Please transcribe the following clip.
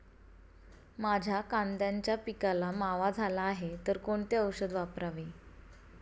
माझ्या कांद्याच्या पिकाला मावा झाला आहे तर कोणते औषध वापरावे?